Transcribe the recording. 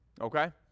okay